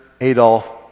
Adolf